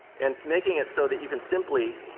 and making it so that you can simply